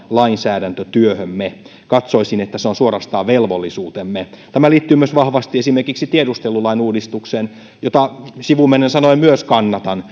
lainsäädäntötyöhömme katsoisin että se on suorastaan velvollisuutemme tämä liittyy myös vahvasti esimerkiksi tiedustelulain uudistukseen jota sivumennen sanoen myös kannatan